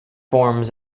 forms